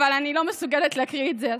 אבל אני לא מסוגלת להקריא את זה,